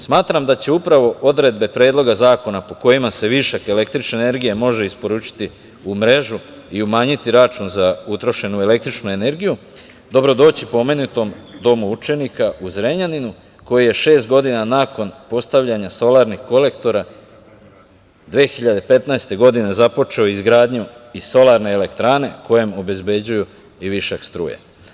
Smatram da će upravo odredbe Predloga zakona po kojima se višak električne energije može isporučiti u mrežu i umanjiti račun za utrošenu električnu energiju dobro doći pomenutom Domu učenika u Zrenjaninu koji je šest godina nakon postavljanja solarnih kolektora 2015. godine, započeo izgradnju i solarne elektrane kojem obezbeđuju i višak struje.